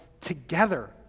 together